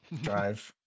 drive